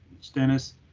Stennis